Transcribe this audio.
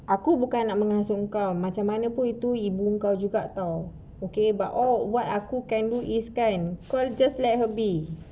aku bukan nak mengasung kau macam mana pun itu ibu kau juga [tau] okay but all what aku can do is kind call let her be